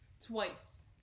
twice